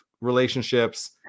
relationships